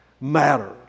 matter